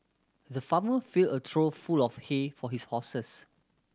the farmer filled a trough full of hay for his horses